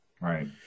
Right